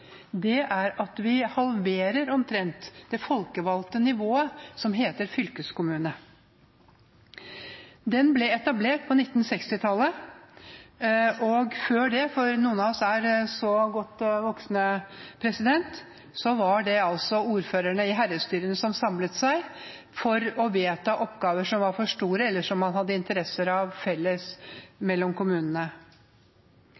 er at vi omtrent halverer det folkevalgte nivået som heter fylkeskommune. Det ble etablert på 1960-tallet, og før det – for noen av oss er så godt voksne – var det ordførerne i herredsstyrene som samlet seg for å vedta oppgaver som var for store, eller som man hadde interesser av felles